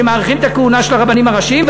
שמאריכים את הכהונה של הרבנים הראשיים,